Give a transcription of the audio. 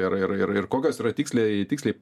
ir ir ir kokios yra tiksliai tiksliai